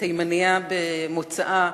תימנייה במוצאה.